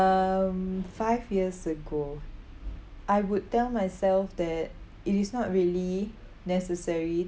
um five years ago I would tell myself that it is not really necessary